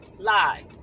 Lie